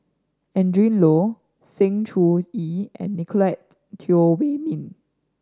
Adrin Loi Sng Choon Yee and Nicoletted Teo Wei Min